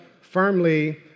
firmly